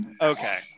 Okay